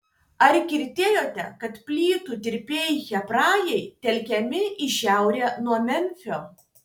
ar girdėjote kad plytų dirbėjai hebrajai telkiami į šiaurę nuo memfio